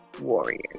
warriors